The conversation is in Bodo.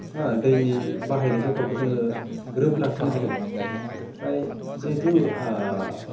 हा दैनि बाहायनाय ज'खाखौ जोङो ग्रोब लाखिनो हायो ओमफ्राय जिहेतु